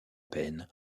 peine